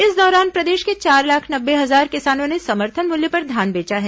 इस दौरान प्रदेश के चार लाख नब्बे हजार किसानों ने समर्थन मूल्य पर धान बेचा है